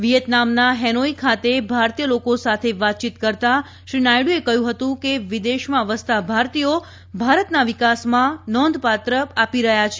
વિયેતનામના Hanoi ખાતે ભારતીય લોકો સાથે વાતચીત કરતાં શ્રી નાયડુએ કહ્યું ફતું કે વિદેશમાં વસતા ભારતીયો ભારતના વિકાસમાં નોંધપાત્ર આપી રહ્યા છે